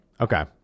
Okay